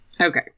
Okay